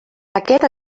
aquest